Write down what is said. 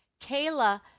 Kayla